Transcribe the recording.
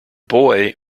boy